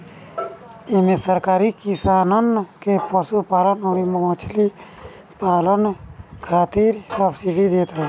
इमे सरकार किसानन के पशुपालन अउरी मछरी पालन खातिर सब्सिडी देत हवे